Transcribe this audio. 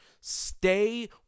stay